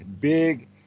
big